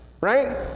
Right